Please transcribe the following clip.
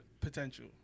potential